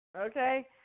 Okay